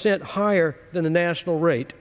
cent higher than the national rate